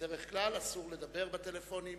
בדרך כלל אסור לדבר בטלפונים,